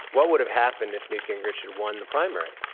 what would have happened if newt gingrich had won the primary?